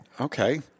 Okay